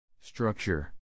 Structure